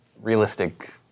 realistic